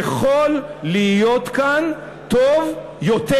"יכול להיות כאן טוב יותר".